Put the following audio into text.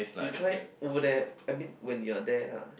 you try over there I mean when you are there lah